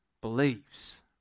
believes